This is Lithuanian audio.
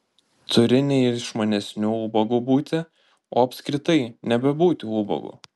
turi ne išmanesniu ubagu būti o apskritai nebebūti ubagu